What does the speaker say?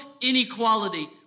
inequality